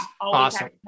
Awesome